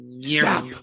Stop